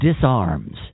disarms